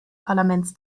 parlaments